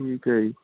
ਠੀਕ ਹੈ ਜੀ